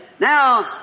Now